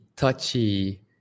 touchy